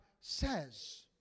says